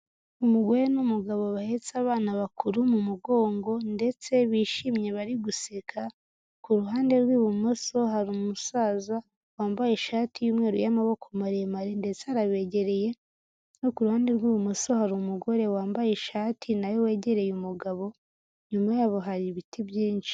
Umugore n'umugabo bahetse abana bakuru mu mugongo ndetse bishimye bari guseka, ku ruhande rw'ibumoso hari umusaza wambaye ishati y'umweru y'amaboko maremare ndetse arabegereye, no ku ruhande rw'imoso hari umugore wambaye ishati na we wegereye umugabo inyuma yabo hari ibiti byinshi.